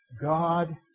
God